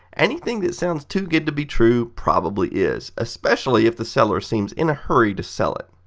anything that sounds too good to be true, probably is, especially if the seller seems in a hurry to sell it.